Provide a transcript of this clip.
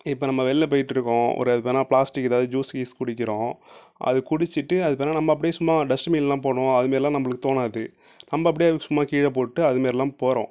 இப்போ நம்ம வெளில போய்கிட்ருக்கோம் ஒரு இப்போ எதனால் ப்ளாஸ்டிக் ஏதாவது ஜூஸ் கீஸ் குடிக்கிறோம் அதை குடிச்சுட்டு அது பேர் என்ன நம்ம அப்படியே சும்மா டஸ்ட்பினெல்லாம் போடணும் அதுமாரிலாம் நம்மளுக்கு தோணாது நம்ம அப்படியே அதை சும்மா கீழே போட்டு அது மாரிலாம் போகிறோம்